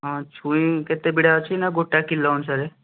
ହଁ ଛୁଇଁ କେତେ ବିଡ଼ା ଅଛି ନା ଗୋଟା କିଲୋ ଅନୁସାରେ